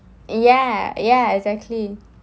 ya ya exactly